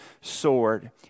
sword